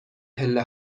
پله